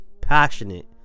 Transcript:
passionate